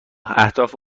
اهداف